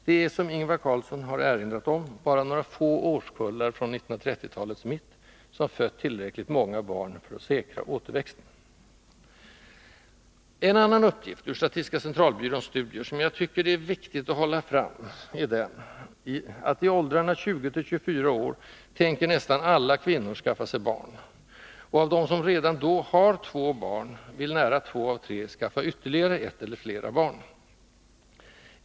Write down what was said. Det är, som Ingvar Carlsson har erinrat om, bara några få årskullar från 1930-talets mitt som har fött tillräckligt många barn för att säkra återväxten. En annan uppgift ur statistiska centralbyråns studier, som jag tycker att det är viktigt att hålla fram, är den att i åldrarna 20-24 år tänker nästan alla kvinnor skaffa sig barn, och av dem som redan då har två barn vill nära två av tre gärna få ytterligare ett eller flera barn.